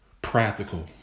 Practical